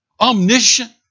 omniscient